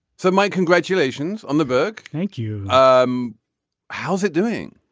so mike congratulations on the book. thank you um how's it doing.